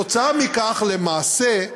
בעקבות זאת, למעשה,